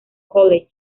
college